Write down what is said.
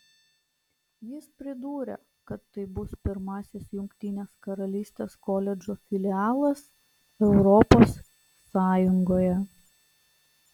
jis pridūrė kad tai bus pirmasis jungtinės karalystės koledžo filialas europos sąjungoje